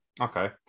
Okay